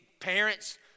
parents